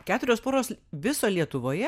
keturios poros viso lietuvoje